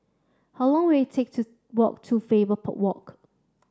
how long will it take to walk to Faber Walk